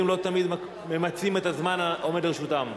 לא תמיד ממצים את הזמן העומד לרשותם.